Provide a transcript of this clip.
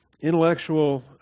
intellectual